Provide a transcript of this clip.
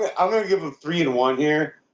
and i'm going to give a three in one here.